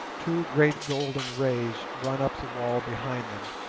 two great golden rays run up the wall behind them,